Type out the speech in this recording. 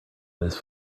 this